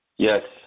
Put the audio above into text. Yes